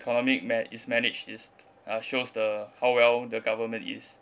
economic ma~ is managed is uh shows the how well the government is